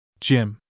Jim